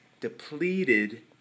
depleted